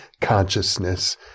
consciousness